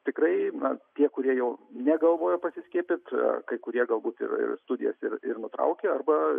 tikrai na tie kurie jau negalvoja pasiskiepyt kai kurie galbūt ir studijas ir ir nutraukė arba